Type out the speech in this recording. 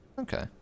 Okay